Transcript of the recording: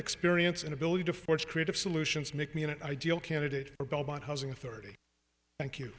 experience and ability to forge creative solutions make me an ideal candidate for bell about housing authority thank you